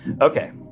Okay